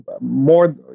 more